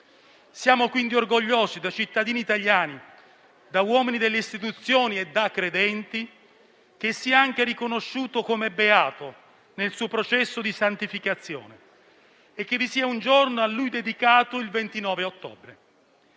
Siamo quindi orgogliosi, da cittadini italiani, da uomini delle istituzioni e da credenti, che sia anche riconosciuto come beato nel suo processo di santificazione, e che vi sia un giorno a lui dedicato: il 29 ottobre.